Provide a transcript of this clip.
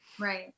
right